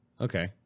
Okay